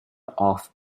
off